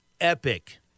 epic